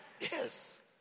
Yes